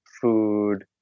food